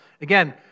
Again